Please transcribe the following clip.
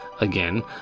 again